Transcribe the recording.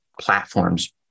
platforms